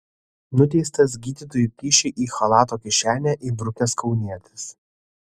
nuteistas gydytojui kyšį į chalato kišenę įbrukęs kaunietis